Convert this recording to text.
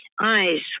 eyes